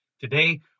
Today